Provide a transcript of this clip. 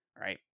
right